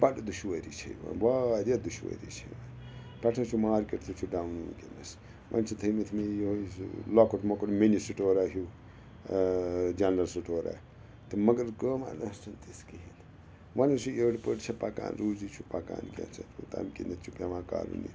بَڑٕ دُشوٲری چھِ یِوان واریاہ دُشوٲری چھِ یِوان پٮ۪ٹھ حظ چھُ مارکیٚٹ تہِ چھُ ڈاوُن وُنٛکیٚنَس وۄنۍ چھِ تھٲیمِتۍ مےٚ یِہوے ٲن لۄکُٹ مۄکُٹ منۍ سٹورا ہیٛو ٲں جَنرَل سٹورا تہٕ مگر کٲمہ نَہ حظ چھَنہٕ تِژھ کِہیٖنۍ وۄنۍ حظ چھِ یٔڑ بٔڑ چھِ پَکان روٗزی چھُ پَکان کِیٛنژھہ تَمہِ کِنۍ چھُ پیٚوان کَرُن